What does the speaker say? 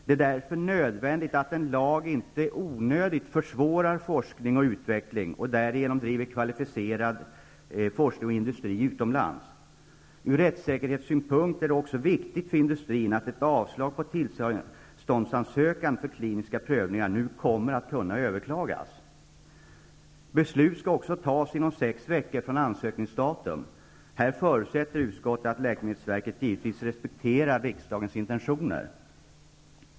Det är därför nödvändigt att en lag inte onödigtvis försvårar forskning och utveckling och därigenom driver kvalificerad forskning och industri utomlands. Ur rättssäkerhetssynpunkt är det också viktigt för industrin att ett avslag på tillståndsansökningar för kliniska prövningar nu kommer att kunna överklagas. Beslut skall också fattas inom sex veckor från ansökningsdatum. Utskottet förutsätter att läkemedelsverket givitvis respekterar riksdagens intentioner.